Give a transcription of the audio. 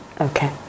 Okay